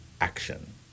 action